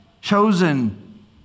chosen